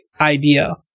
idea